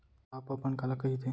Top अपन काला कहिथे?